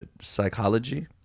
psychology